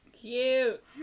cute